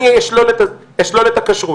אני אשלול את הכשרות.